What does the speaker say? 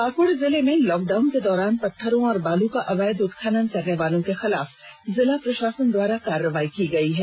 पाक्ड़ जिले में lockdown के दौरान पत्थरों और बालू का अवैध उत्खनन करने वालों के खिलाफ जिला प्रशासन द्वारा कार्रवाई की गई है